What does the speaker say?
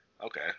okay